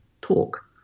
talk